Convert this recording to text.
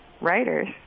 writers